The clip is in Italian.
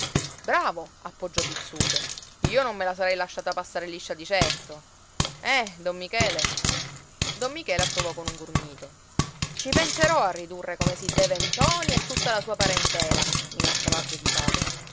bravo appoggiò pizzuto io non me la sarei lasciata passare liscia di certo eh don michele don michele approvò con un grugnito ci penserò a ridurre come si deve ntoni e tutta la sua parentela minacciava